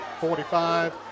45